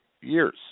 years